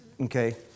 okay